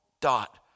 dot